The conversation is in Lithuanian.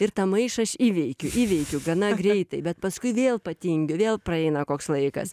ir tą maišą aš įveikiu įveikiu gana greitai bet paskui vėl patingiu vėl praeina koks laikas